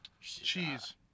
Cheese